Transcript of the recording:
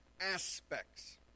aspects